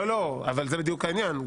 לא, אבל זה בדיוק העניין.